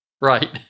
Right